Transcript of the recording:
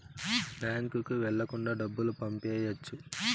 బ్యాంకుకి వెళ్ళకుండా డబ్బులు పంపియ్యొచ్చు